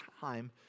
time